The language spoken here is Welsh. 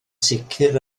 sicr